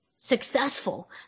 successful